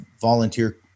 volunteer